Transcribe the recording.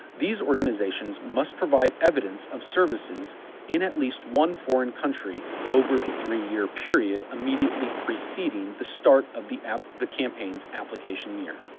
these organizations must provide evidence of services in at least one foreign country over the three year period immediately preceding the start of the the campaign's application year.